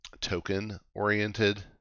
token-oriented